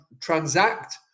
transact